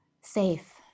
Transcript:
safe